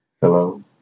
hello